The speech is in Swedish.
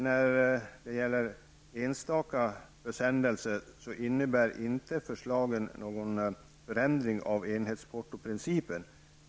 När det gäller enstaka försändelser innebär inte förslagen någon förändring av enhetsportoprincipen.